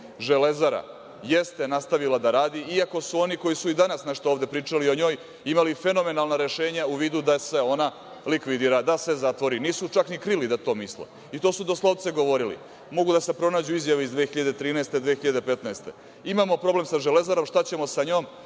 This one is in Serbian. Železara jeste nastavila da radi, iako su oni koji su i danas nešto ovde pričali o njoj imali fenomenalna rešenja u vidu da se ona likvidira, da se zatvori. Nisu čak ni krili da to misle i to su doslovce govorili. Mogu da se pronađu izjave iz 2013. i 2015. godine. Imamo problem sa Železarom, šta ćemo sa njom?